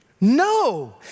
No